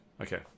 Okay